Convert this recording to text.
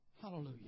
Hallelujah